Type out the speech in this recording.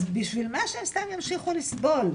אז בשביל מה שהם סתם ימשיכו לסבול,